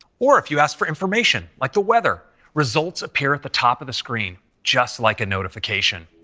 or if you ask for information like the weather, results appear at the top of the screen just like a notification.